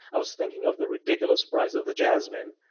i was thinking of the ridiculous price of the jasmine.